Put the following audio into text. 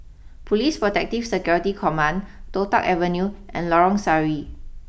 police Protective Security Command Toh Tuck Avenue and Lorong Sari